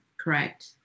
correct